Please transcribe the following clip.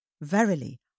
Verily